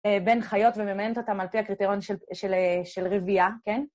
בין חיות וממיינת אותן על פי הקריטריון של רבייה, כן?